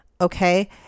Okay